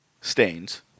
Stains